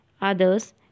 Others